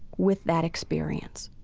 with that experience.